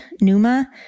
Numa